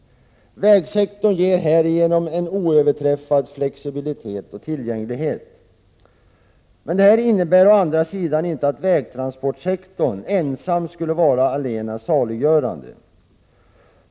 Vägsektorn ger härigenom en oöverträffad flexibilitet och tillgänglighet. Det innebär å andra sidan inte att vägtransportsektorn skulle vara allena saliggörande.